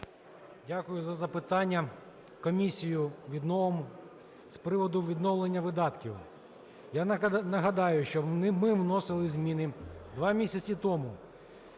Дякую за запитання. Комісію відновимо. З приводу відновлення видатків. Я нагадаю, що ми вносили зміни два місяці тому